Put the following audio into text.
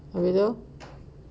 lepas itu